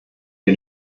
wir